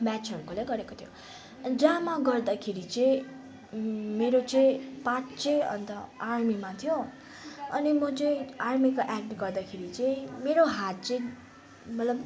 ब्याचहरूकोले गरेको थियो ड्रामा गर्दाखेरि चाहिँ मेरो चाहिँ पार्ट चाहिँ अन्त आर्मीमा थियो अनि म चाहिँ आर्मीको एक्ट गर्दाखेरि चाहिँ मेरो हात चाहिँ मतलब